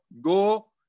go